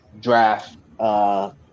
draft